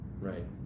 Right